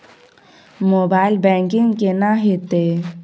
Mobile banking केना हेते?